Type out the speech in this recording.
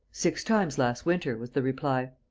six times last winter, was the reply.